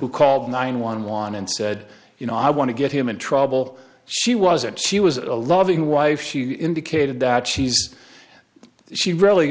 who called nine one one and said you know i want to get him in trouble she wasn't she was a loving wife she indicated that she's she really